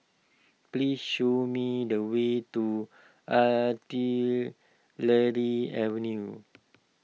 please show me the way to Artillery Avenue